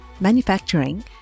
manufacturing